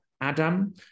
ADAM